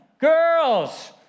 girls